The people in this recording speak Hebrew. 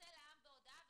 תצא לעם עם הודעה: